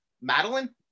Madeline